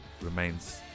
remains